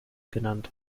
genannt